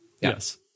Yes